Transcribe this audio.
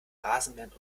rasenmähern